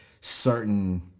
certain